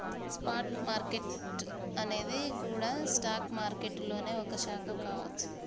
spot market అనేది గూడా stock మారికెట్టులోనే ఒక శాఖ కావచ్చు